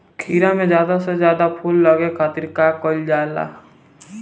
खीरा मे ज्यादा से ज्यादा फूल लगे खातीर का कईल जाला?